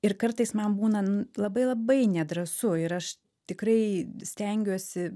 ir kartais man būna labai labai nedrąsu ir aš tikrai stengiuosi